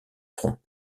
fronts